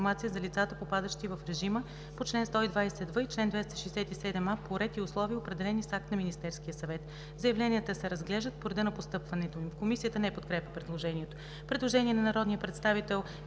за лицата, попадащи в режима по чл. 120в или 267а по ред и условия, определени в акт на Министерския съвет. Заявленията се разглеждат по реда на постъпването им.“ Комисията не подкрепя предложението. Предложение на народния представител